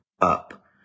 up